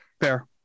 Fair